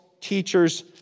teachers